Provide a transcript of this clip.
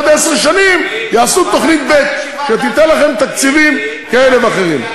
בעוד עשר שנים יעשו תוכנית ב' וייתנו לכם תקציבים כאלה ואחרים.